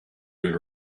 his